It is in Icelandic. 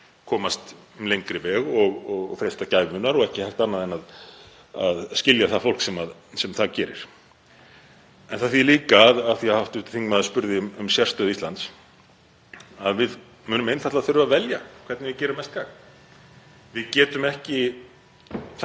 komast um lengri veg og freista gæfunnar og ekki hægt annað en að skilja það fólk sem það gerir. En það þýðir líka, af því að hv. þingmaður spurði um sérstöðu Íslands, að við munum einfaldlega þurfa að velja hvernig við gerum mest gagn. Við getum ekki